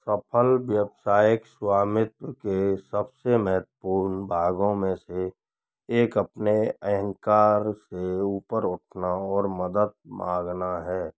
सफल व्यावसायिक स्वामित्व के सबसे महत्वपूर्ण भागों में से एक अपने अहंकार से ऊपर उठना और मदद मांगना है